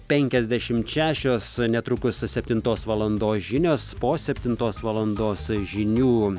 penkiasdešimt šešios netrukus septintos valandos žinios po septintos valandos žinių